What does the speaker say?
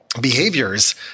behaviors